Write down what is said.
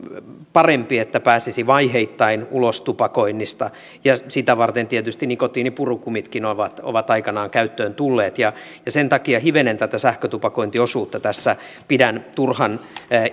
parempi että pääsisi vaiheittain ulos tupakoinnista ja sitä varten tietysti nikotiinipurukumitkin ovat ovat aikanaan käyttöön tulleet sen takia tätä sähkötupakointiosuutta pidän hivenen turhan